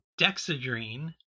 Dexedrine